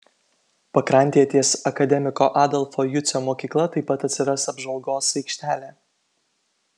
pakrantėje ties akademiko adolfo jucio mokykla taip pat atsiras apžvalgos aikštelė